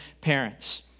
parents